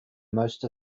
most